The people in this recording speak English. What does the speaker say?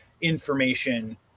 information